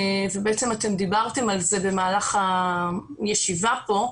אתם דיברתם על זה במהלך הדיון כאן.